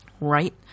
Right